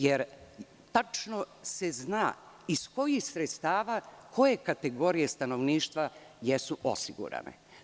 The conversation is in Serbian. Jer, tačno se zna iz kojih sredstava koje kategorije stanovništva jesu osigurane.